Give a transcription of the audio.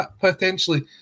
potentially